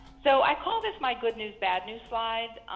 so i call this my good news bad news slide.